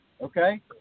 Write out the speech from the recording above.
okay